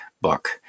book